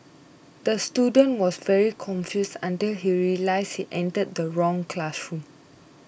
the student was very confused until he realised he entered the wrong classroom